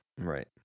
Right